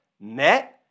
Net